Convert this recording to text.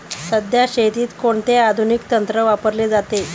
सध्या शेतीत कोणते आधुनिक तंत्र वापरले जाते?